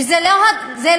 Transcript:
וזה לא הדיור,